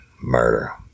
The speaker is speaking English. murder